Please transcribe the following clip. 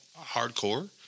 hardcore